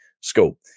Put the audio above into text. school